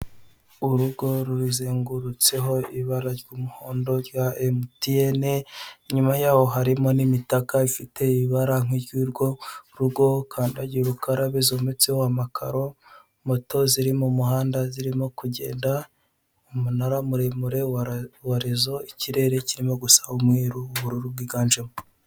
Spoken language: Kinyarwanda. Urugo ruzengurutseho ibara ry'umuhondo rya MTN, inyuma yaho harimo n'imitaka ifite ibara nk'iryurwo rugo, kandagira ukarabe zometseho amakaro, moto ziri mu muhanda zirimo kugenda, umunara muremure wa lesson ikirere kirimo gusa umweru ubururu bwiganjemo.